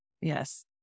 yes